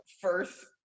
first